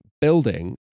building